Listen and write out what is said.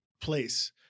place